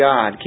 God